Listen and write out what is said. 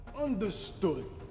Understood